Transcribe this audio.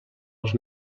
els